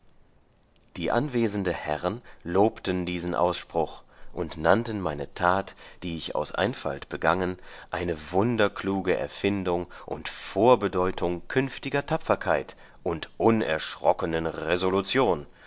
die anwesende herren lobten diesen ausspruch und nannten meine tat die ich aus einfalt begangen eine wunderkluge erfindung und vorbedeutung künftiger tapferkeit und unerschrockenen resolution